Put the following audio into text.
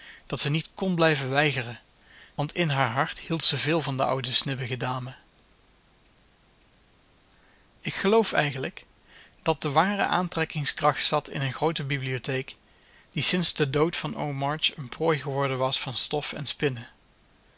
dat ze niet kon blijven weigeren want in haar hart hield ze veel van de oude snibbige dame ik geloof eigenlijk dat de ware aantrekkingskracht zat in een groote bibliotheek die sinds den dood van oom march een prooi geworden was van stof en spinnen